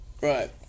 right